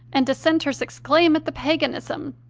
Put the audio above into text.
and dissenters exclaim at the paganism,